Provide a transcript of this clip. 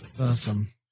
Awesome